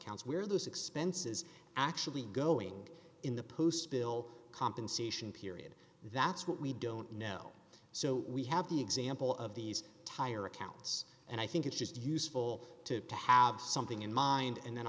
accounts where those expenses actually going in the post spill compensation period that's what we don't know so we have the example of these tire accounts and i think it's just useful to to have something in mind and then